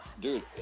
dude